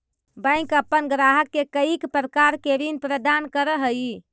bank अपन ग्राहक के कईक प्रकार के ऋण प्रदान करऽ हइ